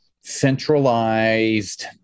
centralized